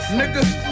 nigga